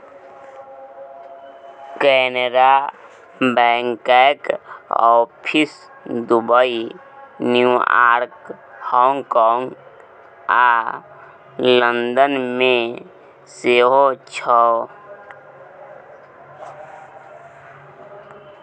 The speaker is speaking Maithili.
कैनरा बैंकक आफिस दुबई, न्यूयार्क, हाँगकाँग आ लंदन मे सेहो छै